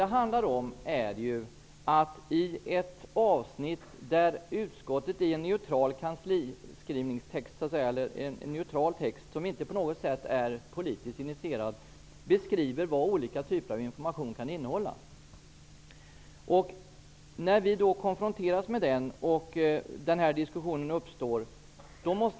Det handlar egentligen om ett avsnitt i en neutral kanslitext, som inte på något sätt är politiskt initierad, där utskottet beskriver vad olika typer av information kan innehålla. När vi då konfronteras med det uppstår den här diskussionen.